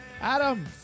Adam